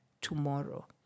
tomorrow